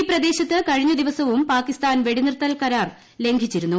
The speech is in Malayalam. ഈ പ്രദേശത്ത് കഴിഞ്ഞദിവസവും പാകിസ്താൻ വെടിനിർത്തൽ കരാർ ലംഘിച്ചിരുന്നു